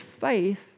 faith